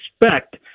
expect